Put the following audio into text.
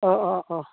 অঁ অঁ অঁ